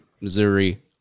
Missouri